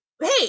Hey